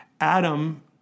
Adam